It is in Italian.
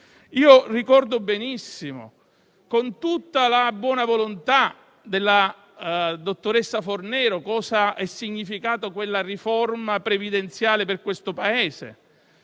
Ricordo benissimo, con tutta la buona volontà della dottoressa Fornero, cosa ha significato la riforma previdenziale per questo Paese,